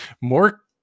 more